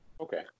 Okay